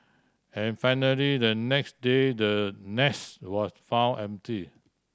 and finally the next day the nest was found empty